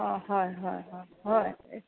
অঁ হয় হয় হয়